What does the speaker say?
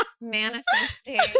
manifesting